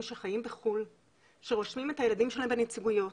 שחיים בחו"ל שרושמים את הילדים שלהם בנציגויות